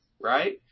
Right